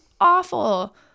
awful